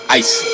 ice